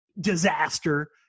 disaster